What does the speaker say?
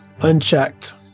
Unchecked